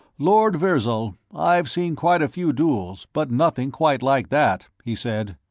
lord virzal, i've seen quite a few duels, but nothing quite like that, he said.